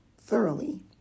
thoroughly